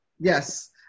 Yes